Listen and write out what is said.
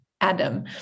Adam